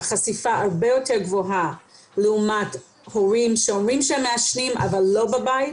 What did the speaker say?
החשיפה הרבה יותר גבוהה לעומת הורים שאומרים שהם מעשנים אבל לא בבית.